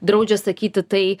draudžia sakyti tai